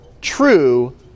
true